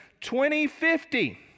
2050